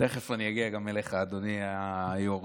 תכף אגיע גם אליך, אדוני היו"ר.